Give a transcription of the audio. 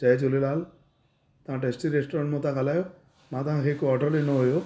जय झूलेलाल तव्हां tasty restaurant मां था ॻाल्हायो मां तव्हांखे हिक ऑर्डर ॾिनो हुयो